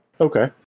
Okay